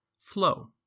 flow